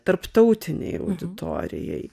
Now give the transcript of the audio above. tarptautinei auditorijai